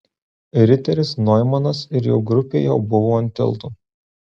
riteris noimanas ir jo grupė jau buvo ant tilto